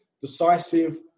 decisive